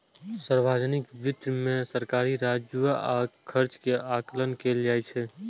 सार्वजनिक वित्त मे सरकारी राजस्व आ खर्च के आकलन कैल जाइ छै